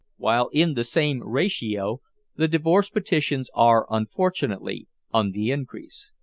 while in the same ratio the divorce petitions are unfortunately on the increase.